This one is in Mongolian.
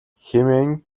хэмээн